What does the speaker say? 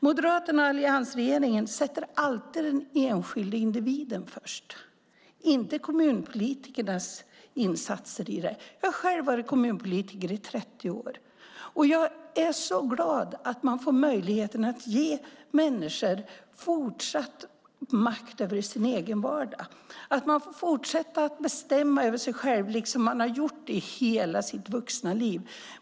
Moderaterna och alliansregeringen sätter alltid den enskilde individen först - inte kommunpolitikernas insatser. Jag har själv varit kommunpolitiker i 30 år. Jag är så glad att man får möjligheten att ge människor fortsatt makt över sin egen vardag. Människor får fortsätta att bestämma över sig själva liksom de har gjort i hela sitt vuxna liv.